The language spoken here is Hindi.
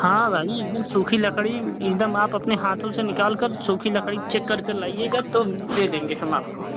हाँ भाई एकदम सूखी लकड़ी एकदम आप अपने हाथों से निकाल कर सूखी लकड़ी चेक करके लाइएगा तो दे देंगे हम आपको